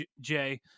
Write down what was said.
Jay